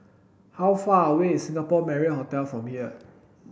how far away is Singapore Marriott Hotel from here